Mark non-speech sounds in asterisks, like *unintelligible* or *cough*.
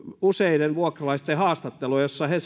useiden vuokralaisten haastatteluja joissa he *unintelligible*